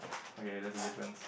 okay that's the difference